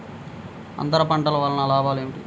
అంతర పంటల వలన లాభాలు ఏమిటి?